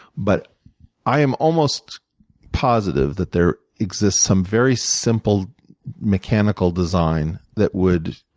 but i am almost positive that there exists some very simple mechanical design that would